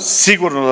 sigurno